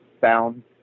found